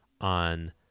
on